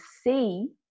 see